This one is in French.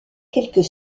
quelques